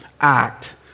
act